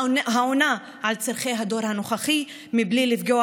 העונה על צורכי הדור הנוכחי בלי לפגוע